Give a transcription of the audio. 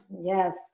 Yes